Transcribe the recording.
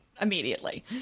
immediately